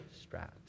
straps